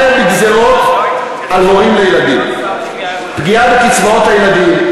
בגזירות על הורים לילדים: פגיעה בקצבאות הילדים,